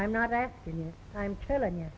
i'm not acting i'm telling y